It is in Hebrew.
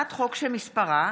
משה גפני,